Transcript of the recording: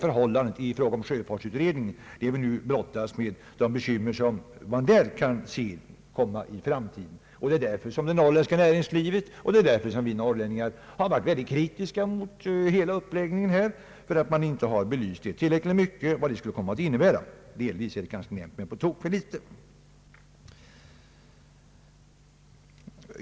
Det skedde inte i fråga om sjöfartsutredningen, vilket medfört att vi nu brottas med de bekymmer som man på det området kan se i framtiden. Därför har också det norrländska näringslivet och vi norrlänningar i allmänhet varit kritiska mot hela uppläggningen av dessa utredningar. Vi menar att man inte tillräckligt har belyst alla aspekterna. I någon mån har man kanske beaktat problemen, men inte tillräckligt.